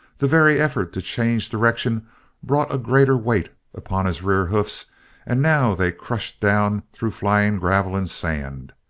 the very effort to change direction brought a greater weight upon his rear hoofs and now they crushed down through flying gravel and sand.